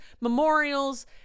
Memorials